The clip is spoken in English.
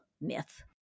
myth